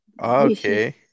Okay